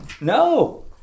No